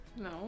No